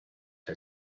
her